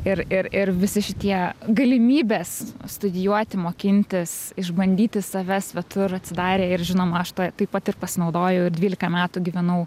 ir ir ir visi šitie galimybės studijuoti mokintis išbandyti save svetur atsidarė ir žinoma aš tą taip pat ir pasinaudojau ir dvylika metų gyvenau